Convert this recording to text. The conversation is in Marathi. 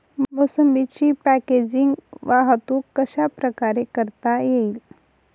मोसंबीची पॅकेजिंग वाहतूक कशाप्रकारे करता येईल?